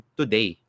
today